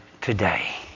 Today